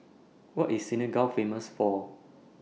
What IS Senegal Famous For